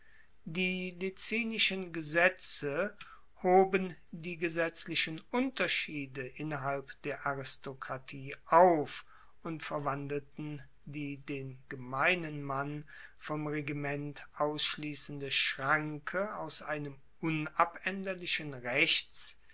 die licinischen gesetze hoben die gesetzlichen unterschiede innerhalb der aristokratie auf und verwandelten die den gemeinen mann vom regiment ausschliessende schranke aus einem unabaenderlichen rechts